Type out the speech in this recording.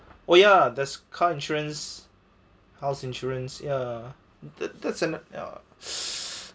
oh ya there's car insurance house insurance ya that that's an ya